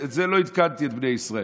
את זה לא עדכנתי את בני ישראל.